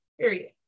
period